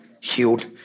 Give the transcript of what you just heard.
healed